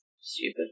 stupid